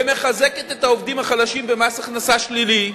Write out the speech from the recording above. ומחזקת את העובדים החלשים במס הכנסה שלילי,